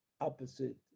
opposite